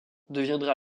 deviendra